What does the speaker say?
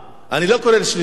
פעם שנייה אני מוציא אותך.